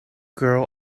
girl